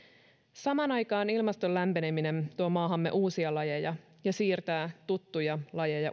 samaan aikaan ilmaston lämpeneminen tuo maahamme uusia lajeja ja siirtää tuttuja lajeja